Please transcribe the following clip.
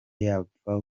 yapfa